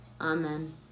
Amen